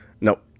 Nope